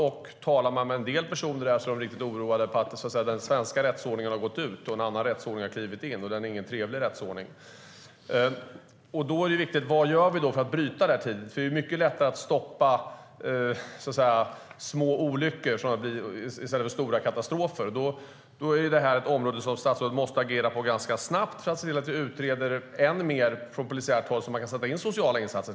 Personer som man talar med där är riktigt oroade för att den svenska rättsordningen har gått ut och en annan rättsordning har klivit in, och det är inte någon trevlig rättsordning. Då är det viktigt: Vad gör vi för att bryta detta tidigt? Det är ju mycket lättare att stoppa små olyckor än stora katastrofer. Detta är ett område där statsrådet måste agera ganska snabbt för att se till att man från polisiärt håll utreder det än mer och till exempel kan sätta in sociala insatser.